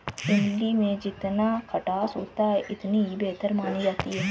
इमली में जितना खटास होता है इतनी ही बेहतर मानी जाती है